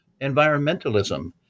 environmentalism